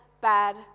bad